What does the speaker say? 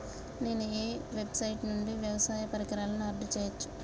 నేను ఏ వెబ్సైట్ నుండి వ్యవసాయ పరికరాలను ఆర్డర్ చేయవచ్చు?